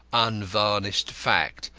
unvarnished fact,